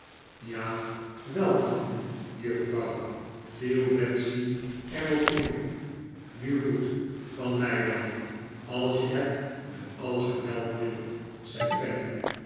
ja wel van u juffrouw viel betsy er op in nu goed van mij dan als je het met alle geweld wilt zei